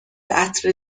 عطر